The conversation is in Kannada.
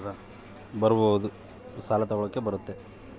ಸಂಬಳದ ಅಕೌಂಟ್ ಮಾಡಿಸಿದರ ಅದು ಪೆನ್ಸನ್ ಗು ಬರ್ತದ